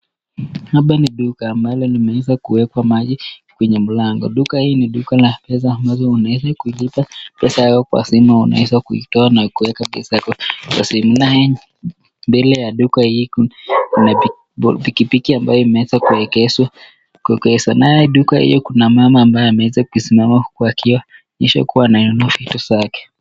Hapa ni duka ambalo limeweza kuwekwa maji kwenye mlango. Duka hii ni duka la pesa ambazo unaweza kulipa pesa yako kwa simu unaweza kuitoa na kuweka pesa yako kwa simu na mbele ya duka hii kuna pikipiki ambayo imeweza kuegezwa. Kuwekezwa na ya duka hiyo kuna mama ambaye ameweza kusimama huku akiwa nishakuwa anainua vitu zake.